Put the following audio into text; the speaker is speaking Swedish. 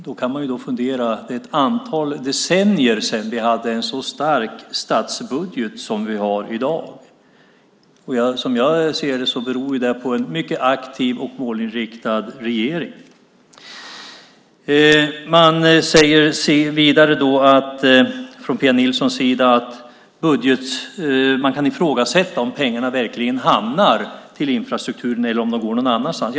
Då bör man minnas att det är ett antal decennier sedan som vi hade en så stark statsbudget som i dag. Som jag ser det beror det på en mycket aktiv och målinriktad regering. Vidare säger Pia Nilsson att man kan ifrågasätta om pengarna verkligen går till infrastruktur eller om de går någon annanstans.